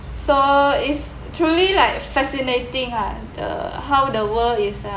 so is truly like fascinating lah the how the world is